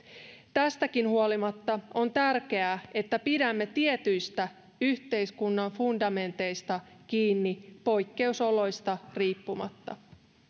tästäkin huolimatta on tärkeää että pidämme tietyistä yhteiskunnan fundamenteista kiinni poikkeusoloista riippumatta